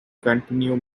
continue